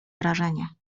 wrażenie